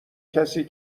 کسی